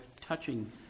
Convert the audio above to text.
touching